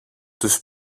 τους